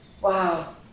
Wow